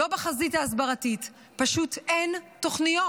לא בחזית ההסברתית, פשוט אין תוכניות.